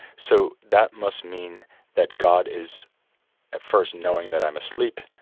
so that must mean that god is at first knowing that i'm asleep,